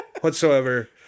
whatsoever